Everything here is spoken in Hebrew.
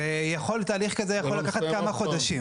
ויכול, תהליך כזה יכול לקחת כמה חודשים.